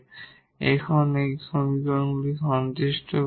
এবং এটি সমীকরণকে সন্তুষ্ট করে